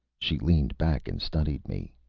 she leaned back and studied me.